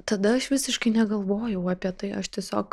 tada aš visiškai negalvojau apie tai aš tiesiog